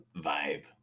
vibe